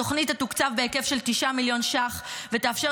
התוכנית תתוקצב בהיקף של 9 מיליון ש"ח ותאפשר